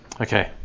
Okay